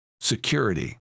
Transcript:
security